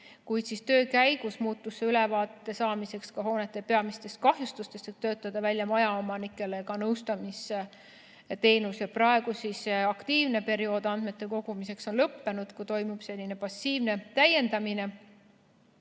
kuid töö käigus muutus see ka ülevaate saamiseks hoonete peamistest kahjustustest, et töötada välja majaomanikele nõustamisteenus. Praegu aktiivne periood andmete kogumiseks on lõppenud ja toimub selline passiivne täiendamine